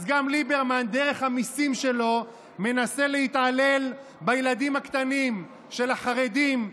אז גם ליברמן דרך המיסים שלו מנסה להתעלל בילדים הקטנים של החרדים,